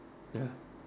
ya